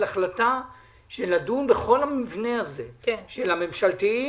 החלטה של לדון בכל המבנה הזה של הממשלתיים,